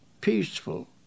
peaceful